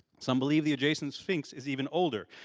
some believe the adjacent sphinx is even older,